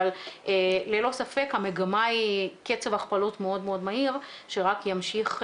אבל ללא ספק המגמה היא קצב הכפלות מאוד מהיר שרק ימשיך ויעלה,